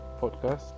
podcast